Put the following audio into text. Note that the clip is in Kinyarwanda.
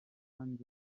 ariko